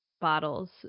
bottles